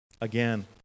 again